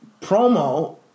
promo